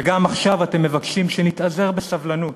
וגם עכשיו אתם מבקשים שנתאזר בסבלנות.